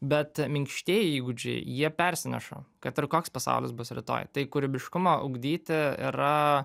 bet minkštieji įgūdžiai jie persineša kad ir koks pasaulis bus rytoj tai kūrybiškumą ugdyti yra